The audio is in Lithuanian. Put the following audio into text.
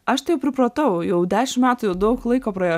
aš tai jau pripratau jau dešim metų jau daug laiko praėjo